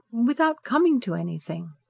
without coming to anything.